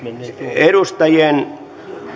edustajien